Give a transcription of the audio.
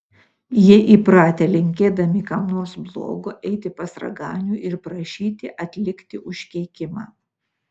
jie įpratę linkėdami kam nors blogo eiti pas raganių ir prašyti atlikti užkeikimą